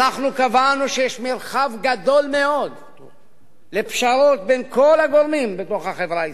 אנחנו קבענו שיש מרחב גדול מאוד לפשרות בין כל הגורמים בחברה הישראלית.